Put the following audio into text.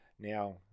now